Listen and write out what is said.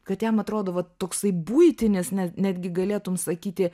kad jam atrodo vat toksai buitinis ne netgi galėtum sakyti